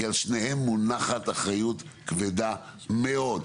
כי על שניהם מונחת אחריות כבדה מאוד,